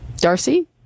Darcy